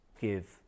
give